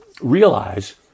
realize